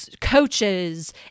coaches